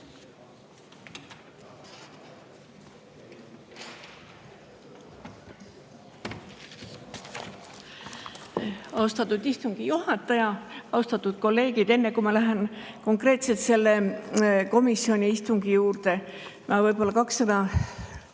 Austatud istungi juhataja! Austatud kolleegid! Enne kui ma lähen konkreetselt selle komisjoni istungi juurde, ma võib-olla kaks